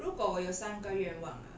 如果我有三个愿望